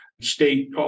state